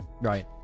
Right